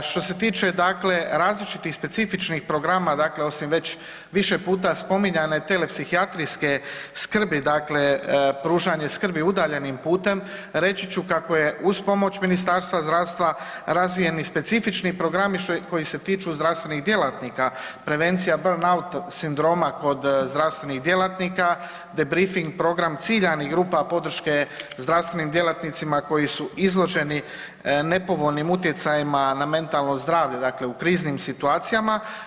Što se tiče dakle, različitih specifičnih programa, dakle osim već više puta spominjane telepsihijatrijske skrbi, dakle pružanje skrbi udaljenim putem, reći ću kako je uz pomoć Ministarstva zdravstva razvijen i specifični programi koji se tiču zdravstvenih djelatnika, prevencija burn-out sindroma kod zdravstvenih djelatnika te brifing program ciljanih grupa podrške zdravstvenim djelatnicima koji su izloženi nepovoljnim utjecajima na mentalno zdravlje, dakle u kriznim situacijama.